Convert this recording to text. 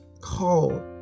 call